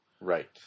Right